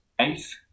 eighth